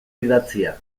idatzia